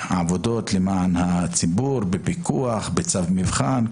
בעבודות למען הציבור, בפיקוח, בצו מבחן.